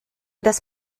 dass